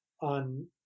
on